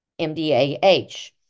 MDAH